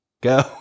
go